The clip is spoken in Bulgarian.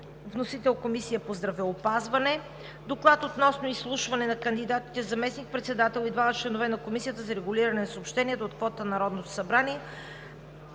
Вносител – Комисията по здравеопазване. Доклад относно изслушване на кандидатите за заместник-председател и двама членове на Комисията за регулиране на съобщенията от квотата на Народното събрание.